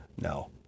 No